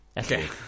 Okay